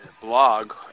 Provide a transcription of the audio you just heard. blog